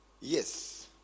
Yes